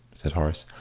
said horace.